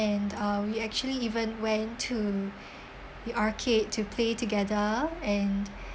uh we actually even went to the arcade to play together and